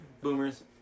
boomers